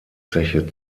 zeche